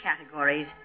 categories